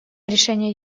решение